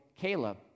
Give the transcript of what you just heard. Caleb